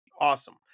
awesome